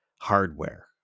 hardware